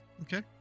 Okay